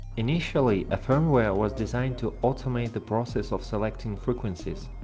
initially, a firmware was designed to automate the process of selecting frequencies.